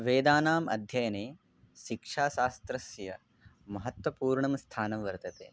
वेदानाम् अध्ययने शिक्षाशास्त्रस्य महत्वपूर्णं स्थानं वर्तते